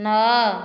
ନଅ